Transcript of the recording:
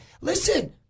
listen